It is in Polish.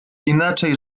inaczej